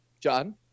John